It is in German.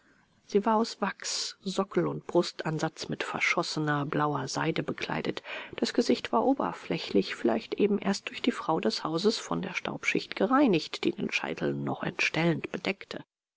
sie war aus wachs sockel und brustansatz mit verschossener blauer seide bekleidet das gesicht war oberflächlich vielleicht eben erst durch die frau des hauses von der staubschicht gereinigt die den scheitel noch entstellend bedeckte